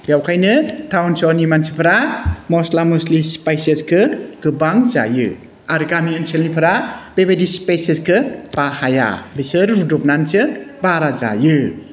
बेखायनो टाउन सहरनि मानसिफोरा मस्ला मस्लि स्पाइसेसखौ गोबां जायो आरो गामि ओनसोलनिफोरा बेबायदि स्पाइसेसखौ बाहाया बिसोर रुदबनानैसो बारा जायो